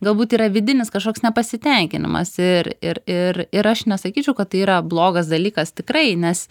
galbūt yra vidinis kažkoks nepasitenkinimas ir ir ir ir aš nesakyčiau kad tai yra blogas dalykas tikrai nes